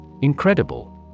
Incredible